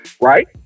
Right